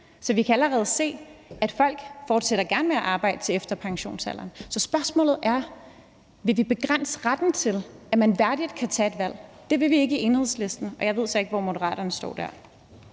Så vi kan allerede se, at folk gerne fortsætter med at arbejde til efter pensionsalderen. Så spørgsmålet er, om vi vil begrænse retten til, at man værdigt kan tage et valg. Det vil vi ikke i Enhedslisten, og jeg ved så ikke, hvor Moderaterne står.